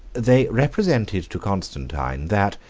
they represented to constantine, that,